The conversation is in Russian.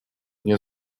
нет